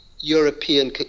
European